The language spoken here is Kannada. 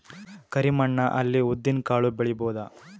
ಕರಿ ಮಣ್ಣ ಅಲ್ಲಿ ಉದ್ದಿನ್ ಕಾಳು ಬೆಳಿಬೋದ?